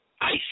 Ice